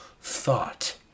thought